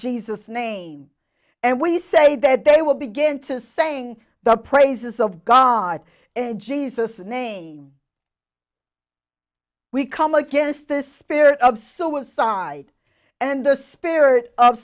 jesus name and we say that they will begin to saying the praises of god in jesus name we come against the spirit of suicide and the spirit of